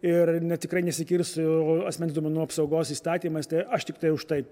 ir tikrai nesikirs su asmens duomenų apsaugos įstatymas tai aš tiktai už tai